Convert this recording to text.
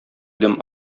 идем